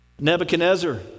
Nebuchadnezzar